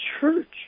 church